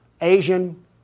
Asian